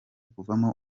kuvamo